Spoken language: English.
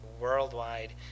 worldwide